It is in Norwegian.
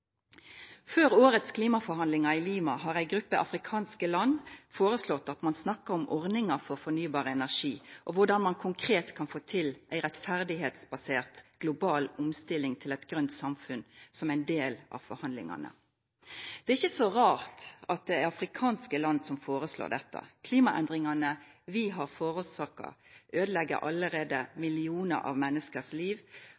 Før årets klimaforhandlingar i Lima har ei gruppe afrikanske land føreslått at ein skal snakka om ordningar for fornybar energi og korleis ein konkret kan få til ei rettferdsbasert global omstilling til eit grønt samfunn som ein del av forhandlingane. «Det er ikke så rart at det er de afrikanske landene som foreslår dette. Klimaendringene vi har